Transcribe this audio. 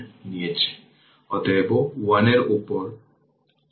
সুতরাং এই কারেন্ট হল 08 অ্যাম্পিয়ার